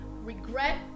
regret